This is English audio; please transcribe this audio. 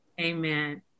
Amen